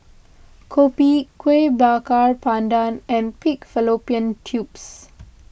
Kopi Kueh Bakar Pandan and Pig Fallopian Tubes